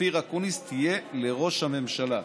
אופיר אקוניס תהיה לראש הממשלה.